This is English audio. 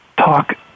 Talk